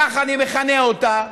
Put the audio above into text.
כך אני מכנה אותה,